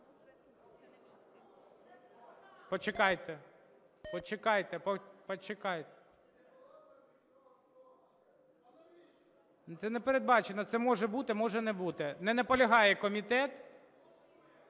проголосувати. Почекайте, почекайте… Це передбачено. Це може бути, може не бути. Не наполягає комітет.